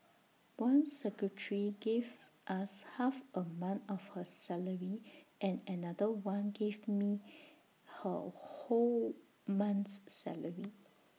one secretary gave us half A month of her salary and another one gave me her whole month's salary